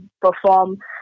perform